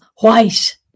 white